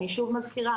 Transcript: אני שוב מזכירה,